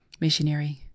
missionary